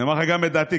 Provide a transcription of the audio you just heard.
אומר לך גם את דעתי,